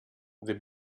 the